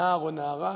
נער או נערה,